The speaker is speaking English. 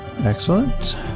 excellent